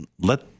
let